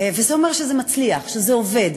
וזה אומר שזה מצליח, שזה עובד.